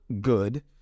good